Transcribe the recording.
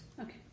Okay